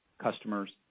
customers